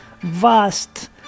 vast